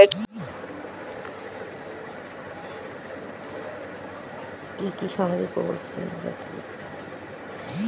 কি কি সামাজিক প্রকল্প সম্বন্ধে জানাতে পারি?